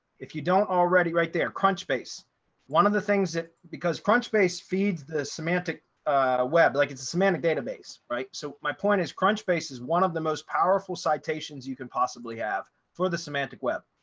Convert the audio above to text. if you don't already right there. crunchbase one of the things that because crunchbase feeds the semantic ah web, like it's a semantic database, right? so my point is crunchbase is one of the most powerful citations you can possibly have for the semantic web.